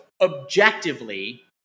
objectively